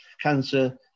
cancer